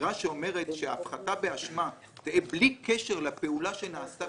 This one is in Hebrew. והאמירה שהפחתה באשמה בלי קשר לפעולה שנעשתה